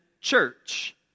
church